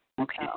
Okay